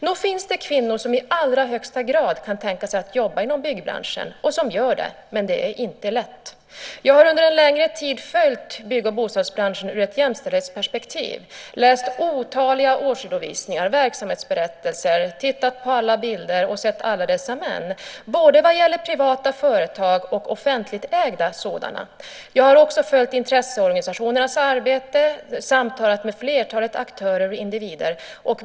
Nog finns det kvinnor som i allra högsta grad kan tänka sig att jobba inom byggbranschen och som gör det, men det är inte lätt. Jag har under en längre tid följt bygg och bostadsbranschen ur ett jämställdhetsperspektiv. Jag har läst otaliga årsredovisningar och verksamhetsberättelser. Jag har tittat på alla bilder och sett alla dessa män. Det gäller både privata företag och offentligt ägda sådana. Jag har också följt intresseorganisationernas arbete, och jag har samtalat med flertalet aktörer och individer.